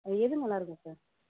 எது நல்லா இருக்கும் சார்